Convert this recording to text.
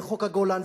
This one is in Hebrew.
וחוק הגולן,